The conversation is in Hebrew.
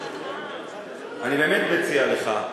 אני באמת מציע לך.